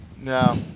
No